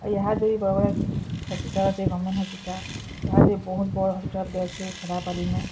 ଇହାଦେ ବି ବଡ଼ ବଡ଼ ହସ୍ପିଟାଲ୍ ଅଛେ ଗଭର୍ଣ୍ଣମେଣ୍ଟ୍ ହସ୍ପିଟାଲ୍ ଇହାଦେ ବହୁତ ବଡ଼ ହସ୍ପିଟାଲ୍ଟେ ଅଛେ ଖେଦାପାଲି ନ